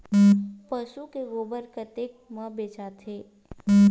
पशु के गोबर कतेक म बेचाथे?